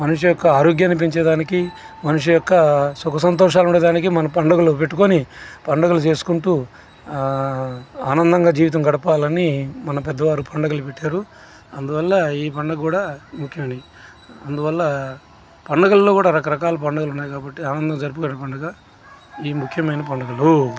మనిషి యొక్క ఆరోగ్యాన్ని పెంచేదానికి మనుషుల యొక్క సుఖ సంతోషాలను మన పండుగలను పెట్టుకొని పండగలు చేసుకుంటూ ఆనందంగా జీవితం గడపాలని మన పెద్దవారు పండుగలు పెట్టారు అందువల్ల ఈ పండుగ కూడా ముఖ్యమైనవి అందువల్ల పండుగల్లో కూడా రకరకాల పండుగలు ఉన్నాయి కాబట్టి ఆనందంగా జరుపుకునే పండుగ ఇయి ముఖ్యమైన పండుగలు